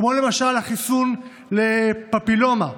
כמו את החיסון נגד פפילומה,